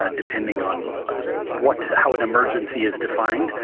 ah depending on what how an emergency is defined.